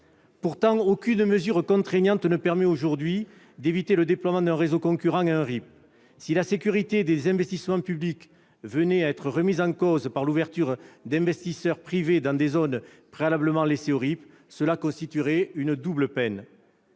Pourtant, aucune mesure contraignante ne permet aujourd'hui d'éviter le déploiement d'un réseau concurrent à un RIP. Si la sécurité des investissements publics venait à être remise en cause par l'ouverture d'investissements privés dans des zones préalablement laissées au RIP, cela constituerait une double peine.